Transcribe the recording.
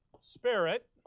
spirit